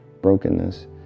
brokenness